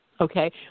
Okay